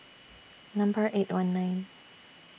Number eight one nine